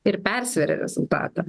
ir persvėrė rezultatą